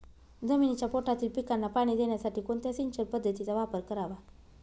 जमिनीच्या पोटातील पिकांना पाणी देण्यासाठी कोणत्या सिंचन पद्धतीचा वापर करावा?